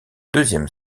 deuxième